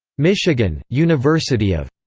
michigan, university of.